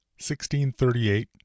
1638